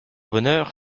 bonheur